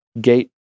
gate